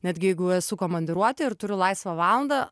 netgi jeigu esu komandiruotėj ir turiu laisvą valandą